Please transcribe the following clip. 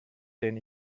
den